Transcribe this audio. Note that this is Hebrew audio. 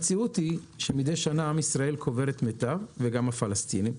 המציאות היא שמדי שנה עם ישראל קובר את מיטב בניו וגם הפלסטינים.